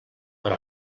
però